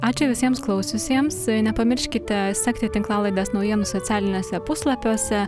ačiū visiems klausiusiems nepamirškite sekti tinklalaides naujienų socialiniuose puslapiuose